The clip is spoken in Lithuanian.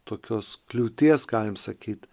tokios kliūties galime sakyti